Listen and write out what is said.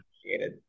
appreciated